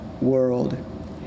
world